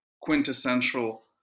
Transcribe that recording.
quintessential